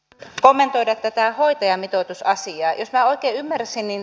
tytöt kommentoida tätä hoitajamitoitusasiaaitä oikein ymmärsin niin